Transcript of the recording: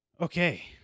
Okay